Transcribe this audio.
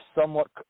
somewhat